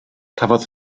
cafodd